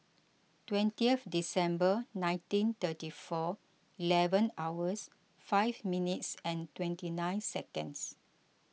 twentieth December nineteen thirty four eleven hours five minutes twenty nine seconds